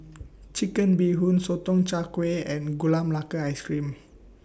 Chicken Bee Hoon Sotong Char Kway and Gula Melaka Ice Cream